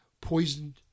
poisoned